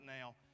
now